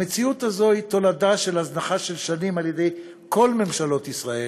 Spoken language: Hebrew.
המציאות הזאת היא תולדה של הזנחה של שנים על-ידי כל ממשלות ישראל,